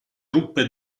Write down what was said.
ruppe